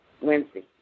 Wednesday